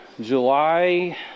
July